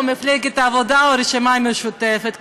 מפלגת העבודה או הרשימה המשותפת,